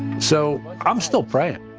so i'm still praying.